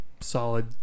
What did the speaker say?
solid